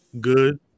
good